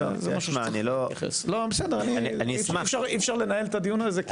אי אפשר לנהל את הדיון הזה.